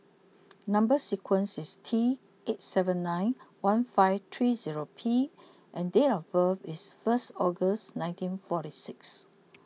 number sequence is T eight seven nine one five three zero P and date of birth is first August nineteen forty six